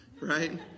right